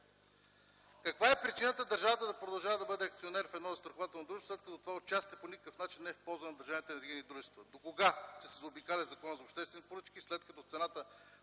каква е причината държавата да продължава да бъде акционер в едно застрахователно дружество, след като това участие по никакъв начин не е в полза на държавните енергийни дружества? Докога ще се заобикаля Законът за обществените поръчки, след като цената